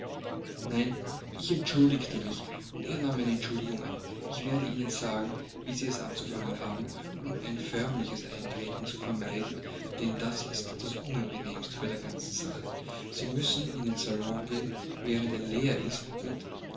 nein ich entschuldigte mich und er nahm meine entschuldigung an ich werde ihnen sagen wie sie es anzufangen haben um ein förmliches eintreten zu vermeiden denn das ist das unangenehmste bei der ganzen sache sie müssen in den salon gehen während er leer ist und